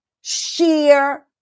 Sheer